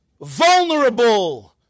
vulnerable